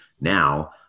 now